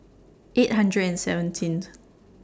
eight hundred and seventeenth